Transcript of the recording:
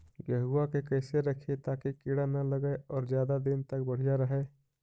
गेहुआ के कैसे रखिये ताकी कीड़ा न लगै और ज्यादा दिन तक बढ़िया रहै?